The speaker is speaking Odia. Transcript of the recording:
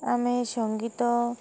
ଆମେ ସଙ୍ଗୀତ